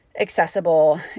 accessible